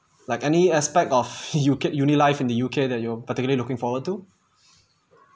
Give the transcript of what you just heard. like any aspect of uni life in the U_K that you are particularly looking forward to